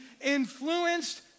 influenced